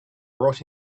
brought